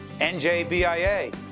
NJBIA